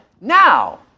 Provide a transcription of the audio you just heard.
now